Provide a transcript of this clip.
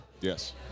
Yes